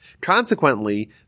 Consequently